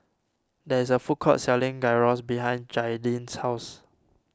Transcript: there is a food court selling Gyros behind Jaidyn's house